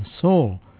soul